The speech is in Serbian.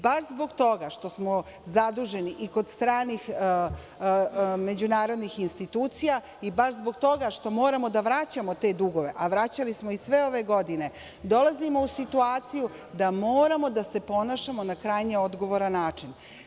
Baš zbog toga, što smo zaduženi i kod stranih međunarodnih institucija, i baš zbog toga što moramo da vraćamo te dugove, a vraćali smo ih sve ove godine, dolazimo u situaciju da moramo da se ponašamo na krajnje odgovoran način.